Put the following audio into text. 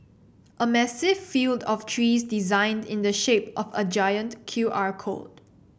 a massive field of trees designed in the shape of a giant Q R code